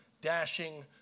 dashing